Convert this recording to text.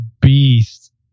beast